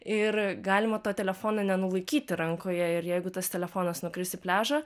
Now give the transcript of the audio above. ir galima to telefono nenulaikyti rankoje ir jeigu tas telefonas nukris į pliažą